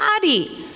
body